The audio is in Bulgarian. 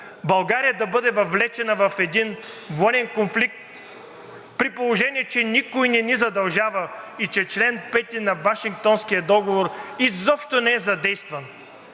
България да бъде въвлечена в един военен конфликт, при положение че никой не ни задължава и че чл. 5 на Вашингтонския договор изобщо не е задействан?